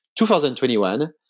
2021